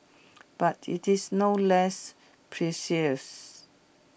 but IT is no less precious